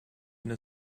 then